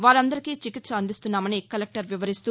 వారందరికీ చికిత్ప అందిస్తున్నామని కలెక్టర్ వివరిస్తూ